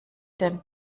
denn